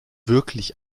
wirklich